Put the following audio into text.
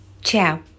Ciao